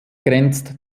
grenzt